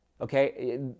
Okay